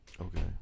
Okay